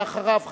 ואחריו,